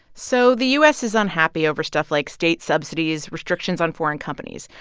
so the u s. is unhappy over stuff like state subsidies, restrictions on foreign companies.